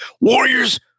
Warriors